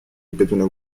بدون